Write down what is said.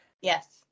Yes